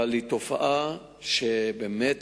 זו תופעה מוכרת,